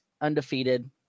undefeated